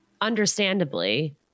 Understandably